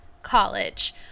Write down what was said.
college